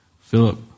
Philip